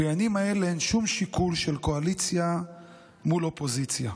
בימים האלה אין שום שיקול של קואליציה מול אופוזיציה.